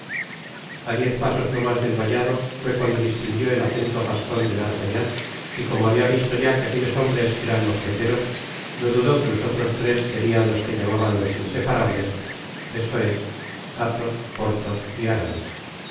a diez pasos no mas del vallado fué cuando distinguió el acento gascon de d'artagnan y como habia visto ya que aquellos hombres eran mosqueteros no dudó que los otros tres serian los que llamaban los inseparabtes esto es athos porthos y aramia